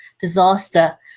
disaster